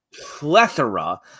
Plethora